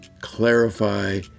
clarify